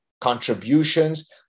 contributions